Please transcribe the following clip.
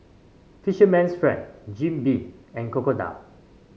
Fisherman's Friend Jim Beam and Crocodile